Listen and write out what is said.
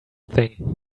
thing